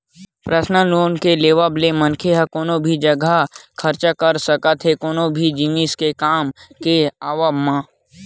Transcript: personal loan के लेवब म मनखे ह कोनो भी जघा खरचा कर सकत हे कोनो भी जिनिस के काम के आवब म